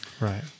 Right